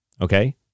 okay